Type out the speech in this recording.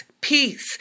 peace